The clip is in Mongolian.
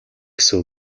гэсэн